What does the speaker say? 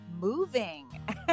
moving